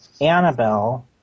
Annabelle